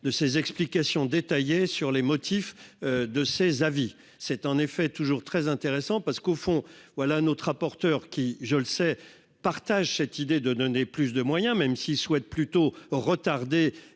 de ses explications détaillées sur les motifs de ces avis, c'est en effet toujours très intéressant parce qu'au fond, voilà notre rapporteur qui je le sais partage cette idée de donner plus de moyens, même s'ils souhaitent plutôt retardé